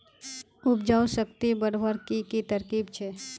उपजाऊ शक्ति बढ़वार की की तरकीब छे?